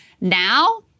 Now